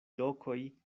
lokoj